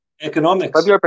economics